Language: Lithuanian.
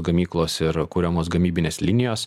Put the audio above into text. gamyklos ir kuriamos gamybinės linijos